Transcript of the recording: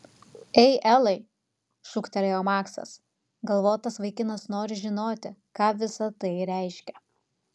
ei elai šūktelėjo maksas galvotas vaikinas nori žinoti ką visa tai reiškia